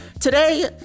Today